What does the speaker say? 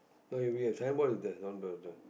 no we have sign board is there